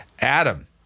Adam